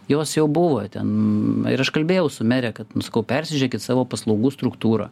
jos jau buvo ten ir aš kalbėjau su mere kad nu sakau persižiūrėkit savo paslaugų struktūrą